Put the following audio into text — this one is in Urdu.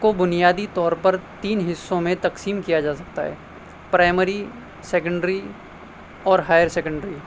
کو بنیادی طور پر تین حصوں میں تقسیم کیا جا سکتا ہے پرائمری سیکنڈری اور ہائر سیکنڈری